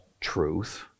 truth